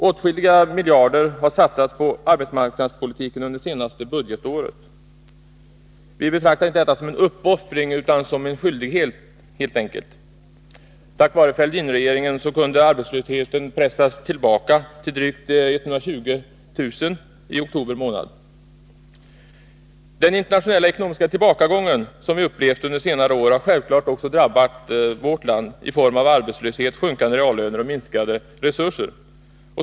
Åtskilliga miljarder har satsats på arbetsmarknadspolitiken under det senaste budgetåret. Vi betraktar inte detta som en uppoffring utan helt enkelt som en skyldighet. Tack vare Fälldinregeringen kunde arbetslösheten pressas tillbaka till att omfatta drygt 120 000 personer i oktober månad. Den internationella ekonomiska tillbakagång som vi upplevt under senare år har självfallet också drabbat vårt land i form av arbetslöshet, sjunkande reallöner och minskade resurser.